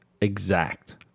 exact